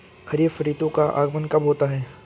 खरीफ ऋतु का आगमन कब होता है?